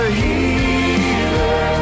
healer